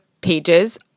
pages